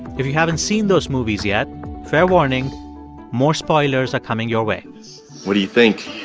if you haven't seen those movies yet fair warning more spoilers are coming your way what do you think?